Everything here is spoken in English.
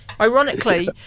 Ironically